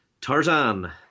Tarzan